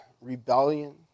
rebellion